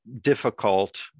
difficult